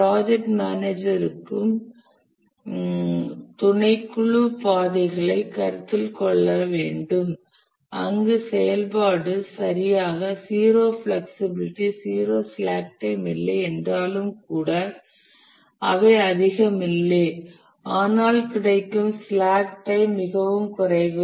project manager ம் துணைக்குழு பாதைகளை கருத்தில் கொள்ள வேண்டும் அங்கு செயல்பாடு சரியாக 0 பிளக்சிபிளிட்டி 0 ஸ்லாக் டைம் இல்லை என்றாலும் கூட அவை அதிகம் இல்லை ஆனால் கிடைக்கும் ஸ்லாக் டைம் மிகவும் குறைவு